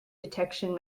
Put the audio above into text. detection